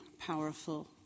powerful